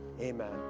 amen